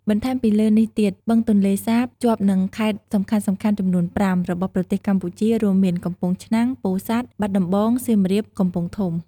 បន្ថែមពីលើនេះទៀត បឹងទន្លេសាបជាប់នឹងខេត្តសំខាន់ៗចំនួន ៥ របស់ប្រទេសកម្ពុជា រួមមាន កំពង់ឆ្នាំង ពោធិ៍សាត់ បាត់ដំបង សៀមរាប កំពង់ធំ។